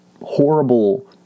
horrible